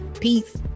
Peace